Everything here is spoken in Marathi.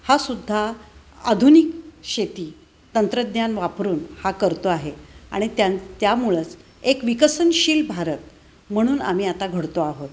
हा सुद्धा आधुनिक शेती तंत्रज्ञान वापरून हा करतो आहे आणि त्यां त्यामुळंच एक विकसनशील भारत म्हणून आम्ही आता घडतो आहोत